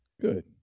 Good